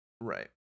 Right